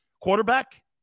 quarterback